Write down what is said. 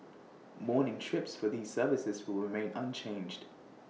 morning trips for these services will remain unchanged